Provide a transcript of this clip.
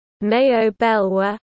Mayo-Belwa